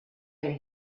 and